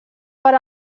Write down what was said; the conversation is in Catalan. per